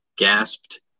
Gasped